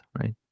right